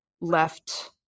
left